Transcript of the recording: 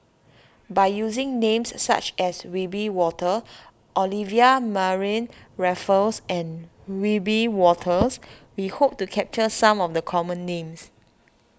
by using names such as Wiebe Wolters Olivia Mariamne Raffles and Wiebe Wolters we hope to capture some of the common names